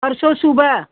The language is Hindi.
परसों सुबह